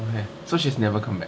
okay so she's never come back